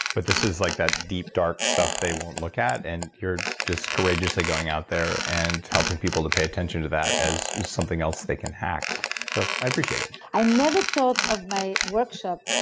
but this is like that deep, dark stuff they won't look at. and you're just courageously going out there and helping people to pay attention to that as there's something else they can hack so i appreciate it i never thought of my workshop,